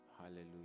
Hallelujah